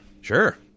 Sure